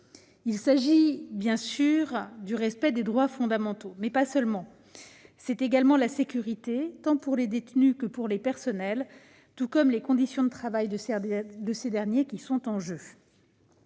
Il s'agit bien évidemment du respect des droits fondamentaux, mais pas seulement. C'est également la sécurité, tant celle des détenus que celle des personnels, et les conditions de travail de ces derniers qui sont en jeu.